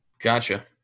Gotcha